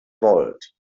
volt